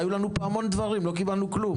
היו לנו פה המון דברים לא קיבלנו כלום.